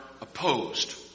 opposed